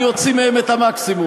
אני אוציא מהם את המקסימום.